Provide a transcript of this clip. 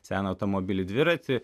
seną automobilį į dviratį